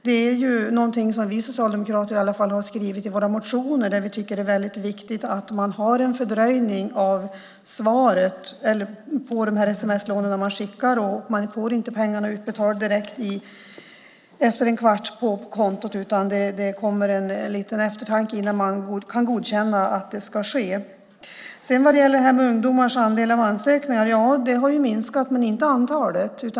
Det är någonting som vi socialdemokrater har skrivit i våra motioner. Vi tycker att det är väldigt viktigt att man har en fördröjning när man betalar ut de här sms-lånen så att man inte får pengarna utbetalda på kontot efter en kvart. Det är bra med en liten eftertanke innan man kan godkänna att detta ska ske. Ungdomarnas andel av ansökningarna har minskat men inte antalet.